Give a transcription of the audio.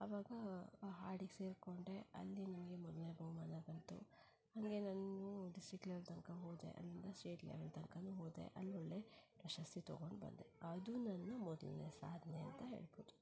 ಆವಾಗ ಆ ಹಾಡಿಗೆ ಸೇರಿಕೊಂಡೆ ಅಲ್ಲಿ ನನಗೆ ಮೊದಲ್ನೇ ಬಹುಮಾನ ಬಂತು ಹಾಗೆ ನಾನು ಡಿಸ್ಟಿಕ್ ಲೆವೆಲ್ ತನಕ ಹೋದೆ ಅಲ್ಲಿಂದ ಸ್ಟೇಟ್ ಲೆವೆಲ್ ತನಕನೂ ಹೋದೆ ಅಲ್ಲಿ ಒಳ್ಳೆಯ ಪ್ರಶಸ್ತಿ ತೊಗೊಂಡು ಬಂದೆ ಅದು ನನ್ನ ಮೊದಲ್ನೇ ಸಾಧನೆ ಅಂತ ಹೇಳ್ಬೋದು